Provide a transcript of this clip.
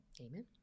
Amen